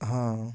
ହଁ